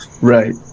Right